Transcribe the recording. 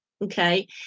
Okay